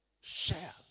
Share